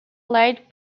light